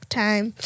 time